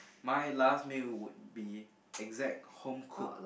my last meal would be exact home cook